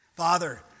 Father